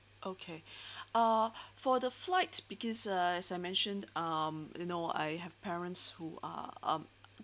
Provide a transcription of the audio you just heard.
okay uh for the flight because ah as I mentioned um you know I have parents who are um